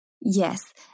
Yes